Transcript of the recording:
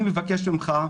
אני מבקש ממך,